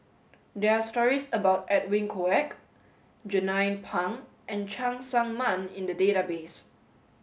there are stories about Edwin Koek Jernnine Pang and Cheng Tsang Man in the database